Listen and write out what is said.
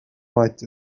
might